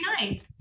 nice